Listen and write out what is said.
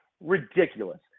ridiculous